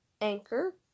Anchor